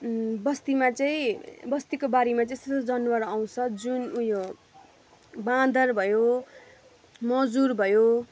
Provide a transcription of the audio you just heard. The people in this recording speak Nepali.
बस्तीमा चाहिँ बस्तीको बारीमा चाहिँ सु जनवार आउँछ जुन उयो बाँदर भयो मजुर भयो